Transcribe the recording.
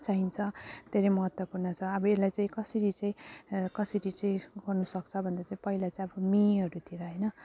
चाहिन्छ धेरै महत्त्वपूर्ण छ अब यसलाई चाहिँ कसरी चाहिँ कसरी चाहिँ गर्नुसक्छ भने चाहिँ पहिला चाहिँ अब मेहरूतिर होइन